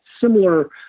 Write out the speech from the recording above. similar